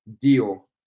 deal